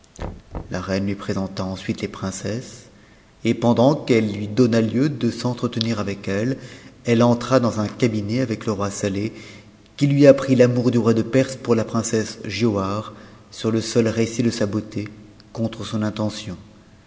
la reine lui présenta enmite les princesses et pendant qu'elle lui donna lieu de s'entretenir avec elles elle entra dans un cabinet avec le roi saleh qui lui apprit l'amour du roi de perse pour la princesse giaubare sur le seul récit de sa beauté contre son intention